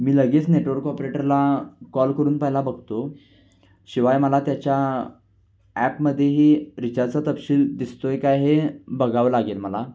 मी लगेच नेटवर्क ऑपरेटरला काॅल करून पहिला बघतो शिवाय मला त्याच्या एपमध्येही रिचार्जचा तपशील दिसतो आहे का हे बघावं लागेल मला